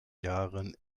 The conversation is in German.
jahren